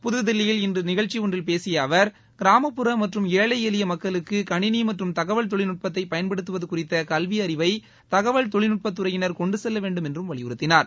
புதுதில்லியில் இன்று நிகழ்ச்சி ஒன்றில் பேசிய அவர் கிராமப்புற மற்றும் ஏழை எளிய மக்களுக்கு கணினி மற்றம் தகவல் தொழில்நட்பத்தை பயன்படுத்துவது குறித்த கல்வி அறிவை தகவல் தொழில்நுட்பத்துறையினர் கொண்டு செல்லவேண்டும் என்றும் வலியுறுத்தினார்